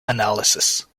analysis